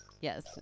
Yes